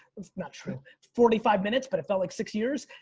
it's not true. forty five minutes, but it felt like six years.